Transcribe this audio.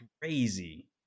crazy